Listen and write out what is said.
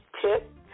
tip